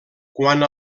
quant